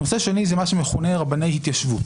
נושא שני זה מה שמכונה "רבני התיישבות",